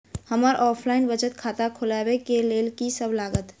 हमरा ऑफलाइन बचत खाता खोलाबै केँ लेल की सब लागत?